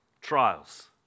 trials